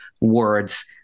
words